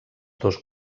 dos